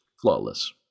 flawless